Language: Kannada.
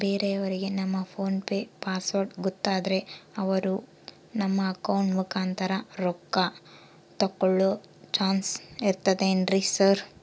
ಬೇರೆಯವರಿಗೆ ನಮ್ಮ ಫೋನ್ ಪೆ ಪಾಸ್ವರ್ಡ್ ಗೊತ್ತಾದ್ರೆ ಅವರು ನಮ್ಮ ಅಕೌಂಟ್ ಮುಖಾಂತರ ರೊಕ್ಕ ತಕ್ಕೊಳ್ಳೋ ಚಾನ್ಸ್ ಇರ್ತದೆನ್ರಿ ಸರ್?